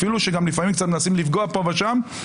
אפילו שגם לפעמים קצת מנסים לפגוע פה ושם,